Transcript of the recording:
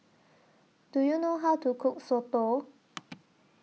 Do YOU know How to Cook Soto